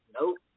Nope